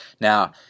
Now